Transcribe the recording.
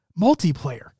multiplayer